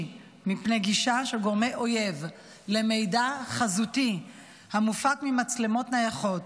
מפני גישה של גורמי אויב למידע חזותי המופק ממצלמות נייחות,